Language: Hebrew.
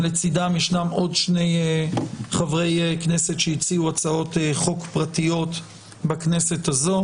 לצידם יש עוד שני חברי כנסת שהציעו הצעות חוק פרטיות בכנסת הזו.